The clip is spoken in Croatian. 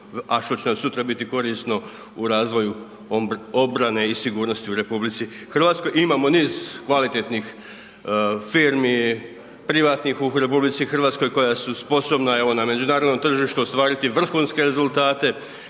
a što će nam sutra biti korisno u razvoju obrane i sigurnosti u RH. Imamo niz kvalitetnih firmi, privatnih u RH koja su sposobna evo na međunarodnom tržištu ostvariti vrhunske rezultate.